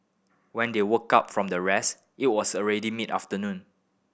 when they woke up from their rest it was already mid afternoon